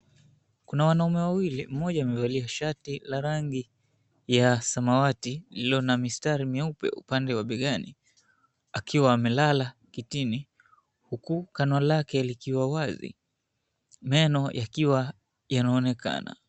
Kuna wanaume wawili. Mmoja amevalia shati la rangi ya samawati lililo na mistari mieupe upande wa begani akiwa amelala kitini, huku kano lake likiwa wazi meno yakiwa yanaonekana.